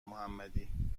محمدی